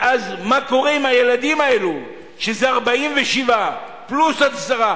ואז, מה קורה עם הילדים האלה, שזה 47 פלוס 10,